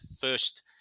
first